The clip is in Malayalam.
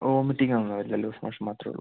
ഒമിറ്റിങ് ഒന്നും ഇല്ല ലൂസ്മോഷൻ മാത്രേ ഉള്ളൂ